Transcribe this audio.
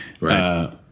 Right